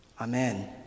Amen